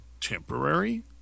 temporary